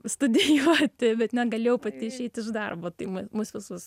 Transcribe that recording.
studijuoti bet negalėjau pati išeit iš darbo tai m mus visus